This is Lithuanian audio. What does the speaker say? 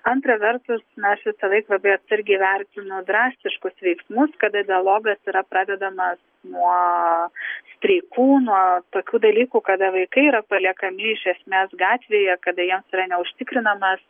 antra vertus na aš visalaik labai atsargiai vertinu drastiškus veiksmus kada dialogas yra pradedamas nuo streikų nuo tokių dalykų kada vaikai yra paliekami iš esmės gatvėje kada jiems yra neužtikrinamas